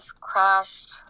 crashed